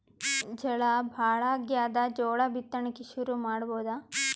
ಝಳಾ ಭಾಳಾಗ್ಯಾದ, ಜೋಳ ಬಿತ್ತಣಿಕಿ ಶುರು ಮಾಡಬೋದ?